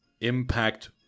Impact